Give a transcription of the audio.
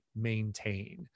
maintain